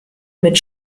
mit